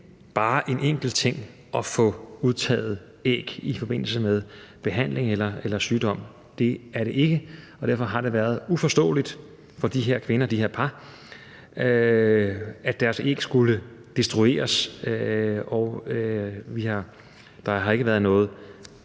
bare en enkel ting at få udtaget æg i forbindelse med behandling eller sygdom – det er det ikke – og derfor har det været uforståeligt for de her kvinder, de her par, at deres æg skulle destrueres. Der har ikke været nogen